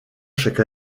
chaque